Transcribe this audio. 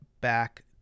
back